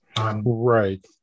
right